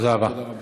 תודה רבה.